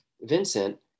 Vincent